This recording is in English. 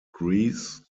greece